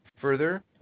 Further